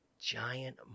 giant